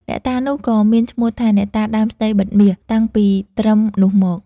អ្នកតានោះក៏មានឈ្មោះថា "អ្នកតាដើមស្តីបិទមាស” តាំងពីត្រឹមនោះមក។